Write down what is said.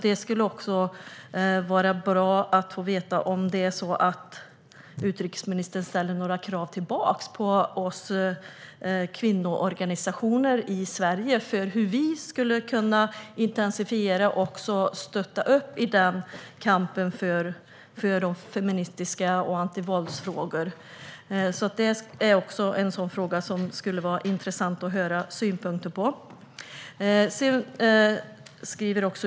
Det skulle vara bra att få veta om utrikesministern ställer några krav tillbaka på kvinnoorganisationer i Sverige som handlar om hur vi skulle kunna intensifiera och stötta kampen för feministiska frågor och antivåldsfrågor. Det är också en fråga som det skulle vara intressant att höra synpunkter på.